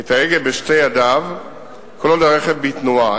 את ההגה בשתי ידיו כל עוד הרכב בתנועה,